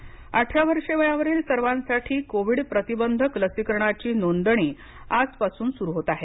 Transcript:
लसीकरण नोंदणी अठरा वर्षे वयावरील सर्वांसाठी कोविड प्रतिबंधक लसीकरणाची नोंदणी आजपासून सुरु होत आहे